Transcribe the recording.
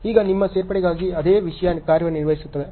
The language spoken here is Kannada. ಈಗ ನಿಮ್ಮ ಸೇರ್ಪಡೆಗಾಗಿ ಅದೇ ವಿಷಯ ಕಾರ್ಯನಿರ್ವಹಿಸುತ್ತದೆ